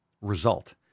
result